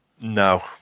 no